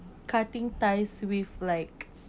cutting ties with like